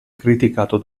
criticato